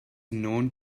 known